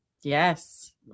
Yes